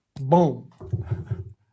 Boom